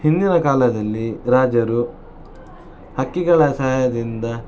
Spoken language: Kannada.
ಹಿಂದಿನ ಕಾಲದಲ್ಲಿ ರಾಜರು ಹಕ್ಕಿಗಳ ಸಹಾಯದಿಂದ